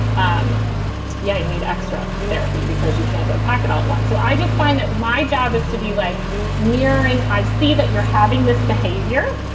um yeah, you need extra therapy because you can't unpack it all at once. so i just find that my job is to be like mirroring. i see that you're having this behavior.